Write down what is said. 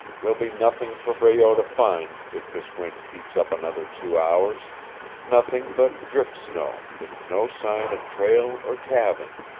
there'll be nothing for breault to find if this wind keeps up another two hours nothing but drift-snow, with no sign of trail or cabin.